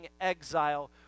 exile